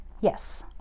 Yes